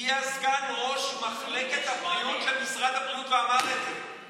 הגיע סגן ראש מחלקת הבריאות של משרד הבריאות ואמר את זה.